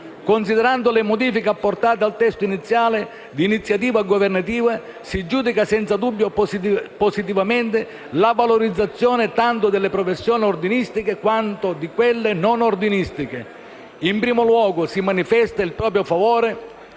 Considerando le modifiche apportate al testo iniziale di iniziativa governativa, si giudica senza dubbio positivamente la valorizzazione tanto delle professioni ordinistiche quanto di quelle non ordinistiche. In primo luogo, si manifesta il proprio favore